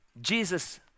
Jesus